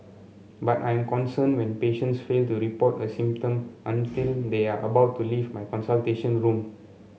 but I am concerned when patients fail to report a symptom until they are about to leave my consultation room